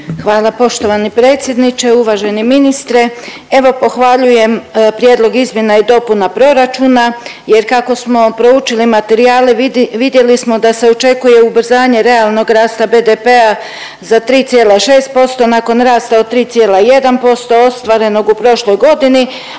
Hvala poštovani predsjedniče. Uvaženi ministre, evo pohvaljujem Prijedlog izmjena i dopuna proračuna jer kako smo proučili materijale vidjeli smo da se očekuje ubrzanje realnog rasta BDP-a za 3,6% nakon rasta od 3,1% ostvarenog u prošloj godini,